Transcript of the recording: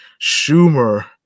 Schumer